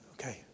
Okay